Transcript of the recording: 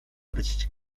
być